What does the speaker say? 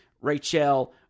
Rachel